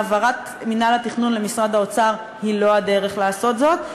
העברת מינהל התכנון למשרד האוצר היא לא הדרך לעשות זאת.